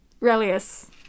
Relius